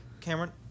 Cameron